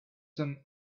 some